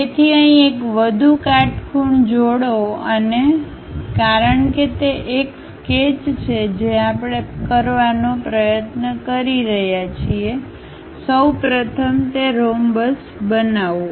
તેથી અહીં એક વધુ કાટખૂણ જોડો અને કારણ કે તે એક સ્કેચ છે જે આપણે કરવાનો પ્રયત્ન કરી રહ્યા છીએ સૌ પ્રથમ તે રોમબસ બનાવો